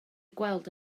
gweld